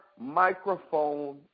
microphone